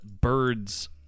birds